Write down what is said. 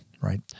Right